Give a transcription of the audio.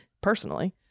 personally